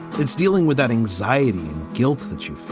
it's dealing with that anxiety and guilt that you